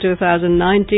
2019